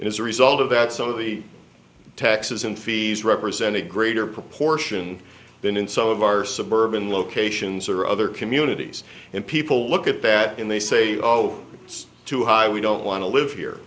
and as a result of that some of the taxes and fees represent a greater proportion than in some of our suburban locations or other communities and people look at bat and they say oh it's too high we don't want to live here